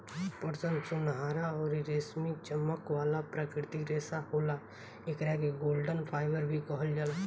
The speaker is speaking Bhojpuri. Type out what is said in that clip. पटसन सुनहरा अउरी रेशमी चमक वाला प्राकृतिक रेशा होला, एकरा के गोल्डन फाइबर भी कहल जाला